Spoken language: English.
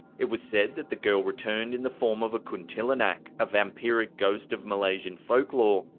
it was said that the girl returned in the form of a kuntilanak, a vampiric ghost of malaysian folk law,